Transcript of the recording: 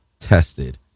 tested